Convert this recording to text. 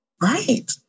Right